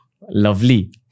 Lovely